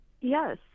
Yes